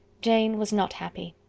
jane was not happy.